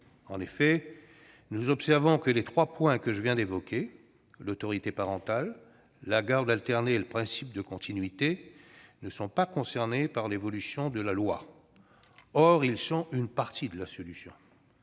faire, et nous observons que les trois points que je viens d'évoquer- l'autorité parentale, la garde alternée et le principe de continuité -ne sont pas concernés par l'évolution de la loi. Or ils représentent une partie de la solution.